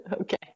Okay